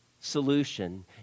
solution